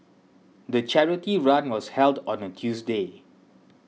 the charity run was held on a Tuesday